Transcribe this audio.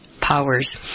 powers